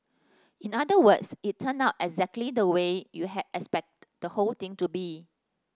in other words it turned out exactly the way you had expect the whole thing to be